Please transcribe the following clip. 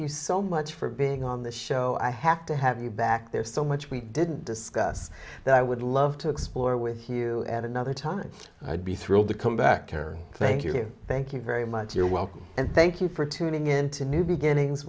you so much for being on the show i have to have you back there's so much we didn't discuss that i would love to explore with you at another time i'd be thrilled to come back aaron thank you thank you very much you're welcome and thank you for tuning in to new beginnings